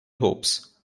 hopes